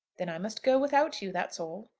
then i must go without you that's all.